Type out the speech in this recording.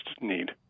need